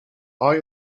are